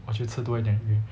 我就吃多一点鱼